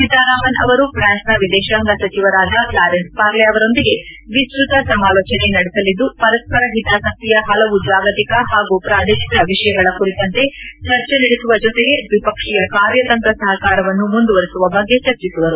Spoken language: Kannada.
ಸೀತಾರಾಮನ್ ಅವರು ಫ್ರಾನ್ಸ್ನ ವಿದೇಶಾಂಗ ಸಚಿವರಾದ ಫ್ಲಾರೆನ್ಸ್ ಪಾರ್ಲೆ ಅವರೊಂದಿಗೆ ವಿಸ್ತತ ಸಮಾಲೋಚನೆ ನಡೆಸಲಿದ್ದು ಪರಸ್ವರ ಹಿತಾಸಕ್ತಿಯ ಹಲವು ಜಾಗತಿಕ ಹಾಗೂ ಪ್ರಾದೇಶಿಕ ವಿಷಯಗಳ ಕುರಿತಂತೆ ಚರ್ಚೆ ನಡೆಸುವ ಜೊತೆಗೆ ದ್ವಿಪಕ್ಷಿಯ ಕಾರ್ಯತಂತ್ರ ಸಹಕಾರವನ್ನು ಮುಂದುವರಿಸುವ ಬಗ್ಗೆ ಚರ್ಚಿಸುವರು